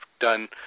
done